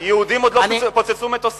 מה לעשות, יהודים עוד לא פוצצו מטוסים.